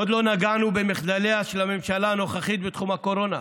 עוד לא נגענו במחדליה של הממשלה הנוכחית בתחום הקורונה.